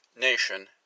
nation